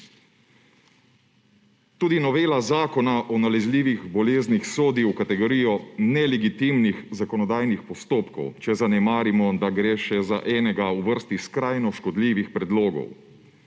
Tudi novela Zakona o nalezljivih boleznih sodi v kategorijo nelegitimnih zakonodajnih postopkov, če zanemarimo, da gre še za enega v vrsti skrajno škodljivih predlogov.